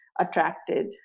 attracted